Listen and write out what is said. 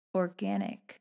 organic